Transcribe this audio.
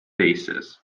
basis